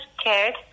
scared